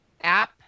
app